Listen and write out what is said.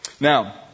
Now